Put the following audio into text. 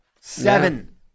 seven